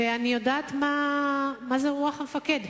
ואני יודעת מה זה רוח המפקד.